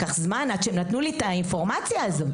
לקח זמן עד שנתנו לי את האינפורמציה הזו,